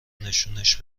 نشونش